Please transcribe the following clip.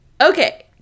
okay